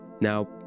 Now